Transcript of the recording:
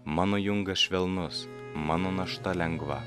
mano jungas švelnus mano našta lengva